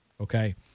okay